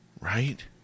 Right